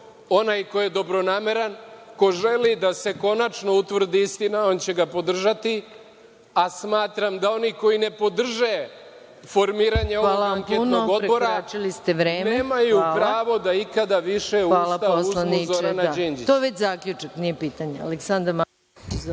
Onaj ko je dobronameran, ko želi da se konačno utvrdi istina, on će ga podržati, a smatram da oni koji ne podrže formiranje ovog anketnog odbora, nemaju pravo da ikada više uzmu u usta Zorana Đinđića.